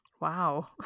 Wow